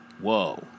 Whoa